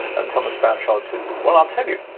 and thomas bouchard said, well, i'll tell you.